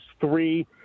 three